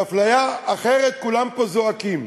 כשזו אפליה אחרת, כולם פה זועקים,